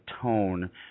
tone